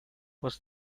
was